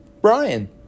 Brian